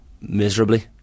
miserably